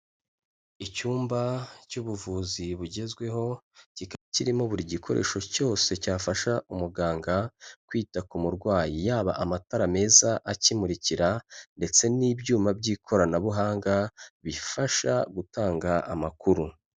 Icyumba cy'ubuvuzi bugezweho, kikaba kirimo buri gikoresho cyose cyafasha umuganga kwita ku murwayi, yaba amatara meza akimurikira ndetse n'ibyuma by'ikoranabuhanga bifasha gutanga amakuru.